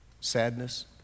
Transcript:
sadness